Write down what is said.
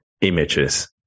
images